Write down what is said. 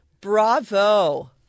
Bravo